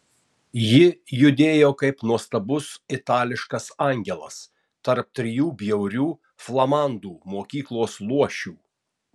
ji judėjo kaip nuostabus itališkas angelas tarp trijų bjaurių flamandų mokyklos luošių